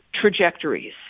trajectories